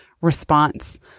response